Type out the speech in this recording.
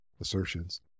assertions